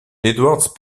edwards